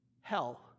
hell